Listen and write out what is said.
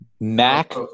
Mac